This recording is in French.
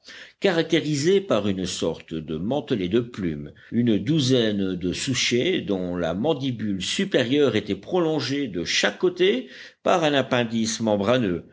caractérisée par une sorte de mantelet de plumes une douzaine de souchets dont la mandibule supérieure était prolongée de chaque côté par un appendice membraneux